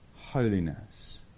holiness